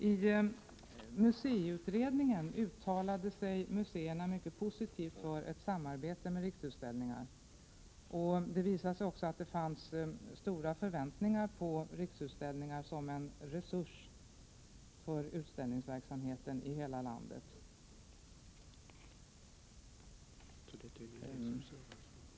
I museiutredningen uttalade sig museerna mycket positivt för ett samarbete med Riksutställningar, och det visade sig att det fanns stora förväntningar på Riksutställningar som en resurs för utställningsverksamheten i hela landet.